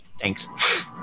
Thanks